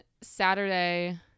Saturday